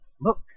look